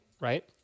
right